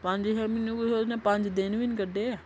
पंज छे म्हीने कुत्थुं उन्नै पंज दिन बी नी कड्ढे